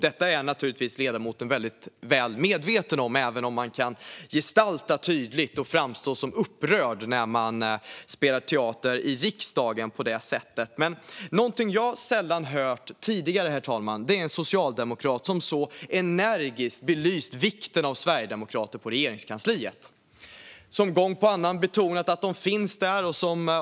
Detta är naturligtvis ledamoten väldigt väl medveten om, även om man kan gestalta tydligt och framstå som upprörd när man spelar teater i riksdagen på det här sättet. Någonting jag sällan har hört tidigare, herr talman, är dock en socialdemokrat som så energiskt belyst vikten av sverigedemokrater på Regeringskansliet och gång efter annan betonat att de finns där.